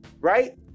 Right